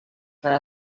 para